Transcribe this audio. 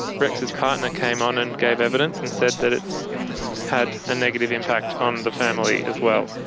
rex's partner came on and gave evidence and said that it's had a negative impact on the family as well.